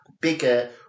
bigger